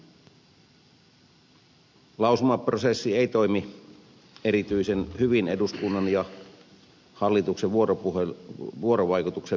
lausumaprosessi ei toimi erityisen hyvin eduskunnan ja hallituksen vuorovaikutuksen välineenä